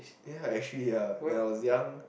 ya actually ya when I was young